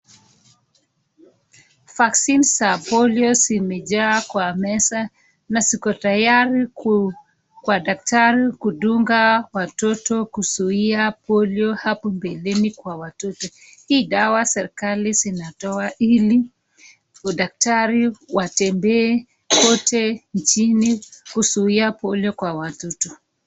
Vaccines za Polio zimejaa kwa meza na ziko tayari kwa daktari kudunga watoto kuzuia Polio hapo mbeleni kwa watoto. Hii dawa serikali zinatoa ili madaktari watembee kote nchini kuzuia Polio kwa watoto.